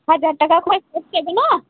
ᱦᱟᱡᱟᱨ ᱴᱟᱠᱟ ᱠᱷᱚᱡ ᱱᱤᱪᱮ ᱢᱮᱱᱟᱜᱼᱟ